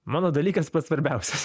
mano dalykas pats svarbiausias